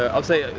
ah i'll say, ah